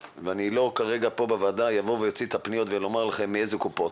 ולא אוציא את הפניות שהגיעו כדי לומר מאיזה קופות,